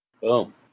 Boom